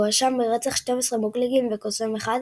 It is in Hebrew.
והואשם ברצח 12 מוגלגים וקוסם אחד,